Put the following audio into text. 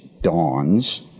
dawns